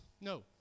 No